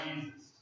Jesus